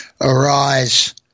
Arise